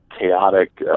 chaotic